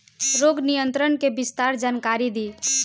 रोग नियंत्रण के विस्तार जानकारी दी?